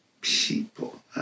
people